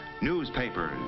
Newspapers